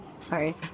Sorry